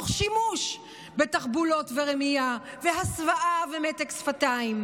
תוך שימוש בתחבולות ורמייה והסוואה ומתק שפתיים.